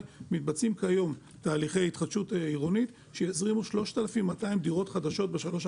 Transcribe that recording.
מתבצעים כיום תהליכי התחדשות עירונית שיזרימו 3,200 דירות חדשות בשלוש,